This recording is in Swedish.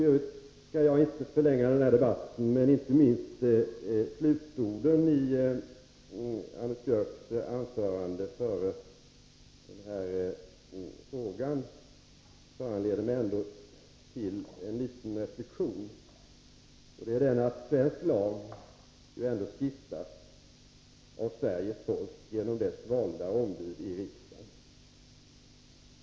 Jag skallinte förlänga den här debatten, men inte minst slutorden i Anders Björcks anförande — före frågan — föranleder ändå en liten reflexion, nämligen att svensk lag stiftas av Sveriges folk genom dess valda ombud i riksdagen.